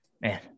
Man